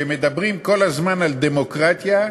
שמדברים כל הזמן על דמוקרטיה,